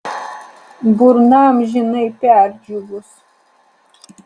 burna amžinai perdžiūvus